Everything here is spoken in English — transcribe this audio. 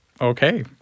Okay